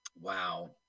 Wow